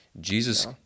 Jesus